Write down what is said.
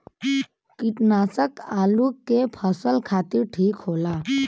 कीटनाशक आलू के फसल खातिर ठीक होला